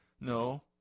no